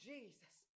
Jesus